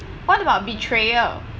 what about betrayal